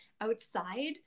outside